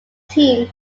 team